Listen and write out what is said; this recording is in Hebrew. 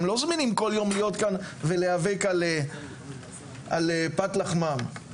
הם לא זמינים להיאבק על פת לחמם.